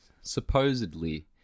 supposedly